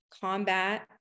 combat